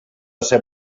ser